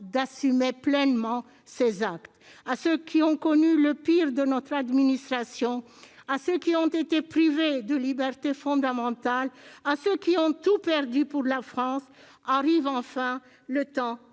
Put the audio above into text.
d'assumer pleinement ses actes. Pour ceux qui ont connu le pire de notre administration, pour ceux qui ont été privés de libertés fondamentales, pour ceux qui ont tout perdu pour la France, arrive enfin le temps